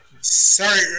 sorry